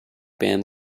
band